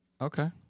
Okay